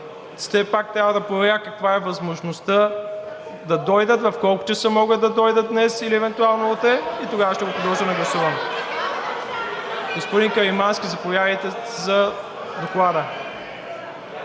Все пак трябва да проверя каква е възможността да дойдат, в колко часа могат да дойдат днес или евентуално утре и тогава ще го подложа на гласуване. (Силен шум и реплики.) Господин Каримански, заповядайте за Доклада.